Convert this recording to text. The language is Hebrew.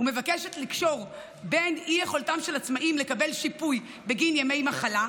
ומבקשת לקשור בין אי-יכולתם של עצמאים לקבל שיפוי בגין ימי מחלה,